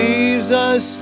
Jesus